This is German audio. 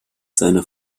seiner